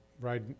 right